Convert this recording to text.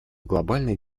глобальный